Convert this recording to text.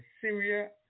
Syria